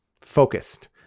focused